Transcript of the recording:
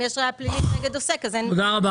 אם יש ראיה פלילית נגד עוסק, בסדר.